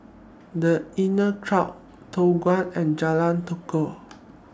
The Inncrowd Toh Avenue and Jalan Tekukor